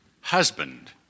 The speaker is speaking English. husband